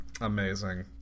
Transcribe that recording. Amazing